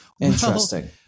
Interesting